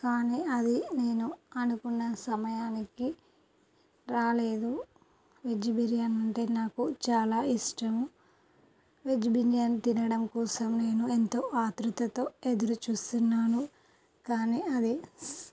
కానీ అది నేను అనుకున్న సమయానికి రాలేదు వెజ్ బిర్యానీ అంటే నాకు చాలా ఇష్టము వెజ్ బిర్యానీ తినడం కోసం నేను ఎంతో అతృతతో ఎదురు చూస్తున్నాను కానీ అది స్